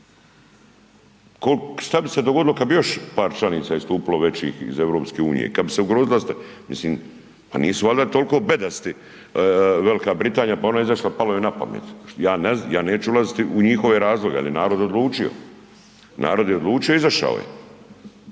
šta bi se dogodilo kada bi par članica istupilo većih iz EU, kada bi se ugrozila, mislim pa nisu valjda toliko bedasti. Velika Britanija pa ona je izašla palo joj na pamet, ja neću ulaziti u njihove razloge, ali narod je odlučio, narod je odlučio i izašao je.